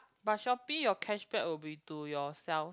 but Shopee your cashback will be to yourself